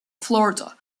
florida